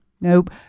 Nope